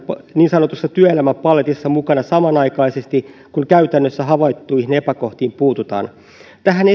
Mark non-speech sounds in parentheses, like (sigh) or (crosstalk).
niin sanotussa työelämän paletissa mukana samanaikaisesti kun käytännössä havaittuihin epäkohtiin puututaan tähän (unintelligible)